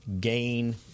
gain